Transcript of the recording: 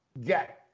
get